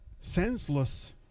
senseless